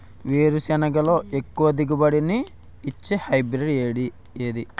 వేరుసెనగ లో ఎక్కువ దిగుబడి నీ ఇచ్చే హైబ్రిడ్ ఏది?